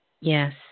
Yes